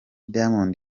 diamond